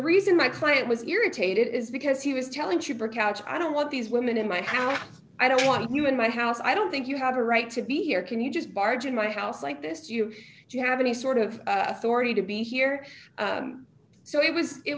reason my client was irritated is because he was telling she broke out i don't want these women in my house i don't want you in my house i don't think you have a right to be here can you just barge in my house like this you do you have any sort of authority to be here so it was it